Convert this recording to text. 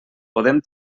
podem